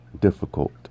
difficult